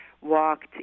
walked